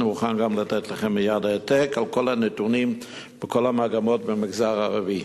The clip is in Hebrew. אני מוכן גם לתת לכם מייד העתק על כל הנתונים בכל המגמות במגזר הערבי.